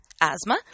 asthma